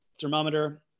thermometer